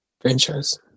Franchise